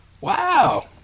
Wow